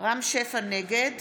נגד